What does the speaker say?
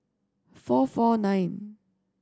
four four nine